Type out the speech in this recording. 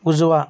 उजवा